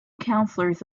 councillors